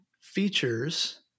features